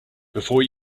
before